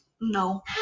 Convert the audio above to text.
No